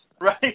Right